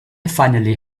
finally